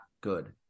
good